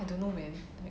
I don't know man